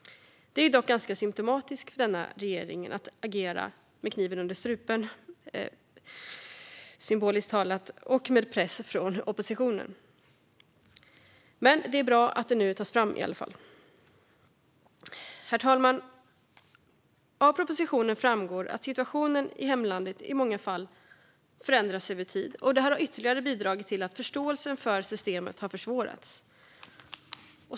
Det är dock ganska symtomatiskt för denna regering att agera med kniven på strupen - symboliskt talat - och med press från oppositionen. Men det är i alla fall bra att detta nu tas fram. Herr talman! Av propositionen framgår att situationen i hemlandet i många fall förändras över tid, vilket ytterligare har bidragit till att förståelsen för systemet försvårats.